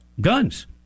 guns